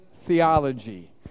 theology